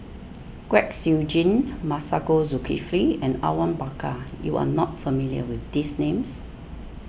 Kwek Siew Jin Masagos Zulkifli and Awang Bakar you are not familiar with these names